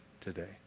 today